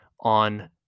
on